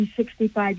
65